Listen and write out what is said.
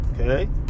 okay